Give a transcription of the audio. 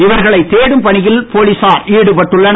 இவர்களை தேடும் பணியில் போலீசார் ஈடுபட்டுள்ளனர்